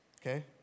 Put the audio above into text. okay